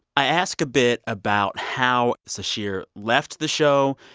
i ask a bit about how sasheer left the show,